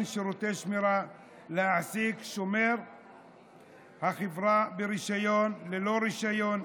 שירותי שמירה להעסיק שומר החב ברישיון ללא רישיון,